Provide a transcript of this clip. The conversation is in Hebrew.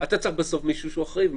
אתה צריך בסוף מישהו שהוא אחראי.